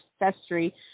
ancestry